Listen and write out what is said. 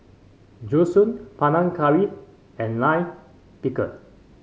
Zosui Panang Curry and Lime Pickle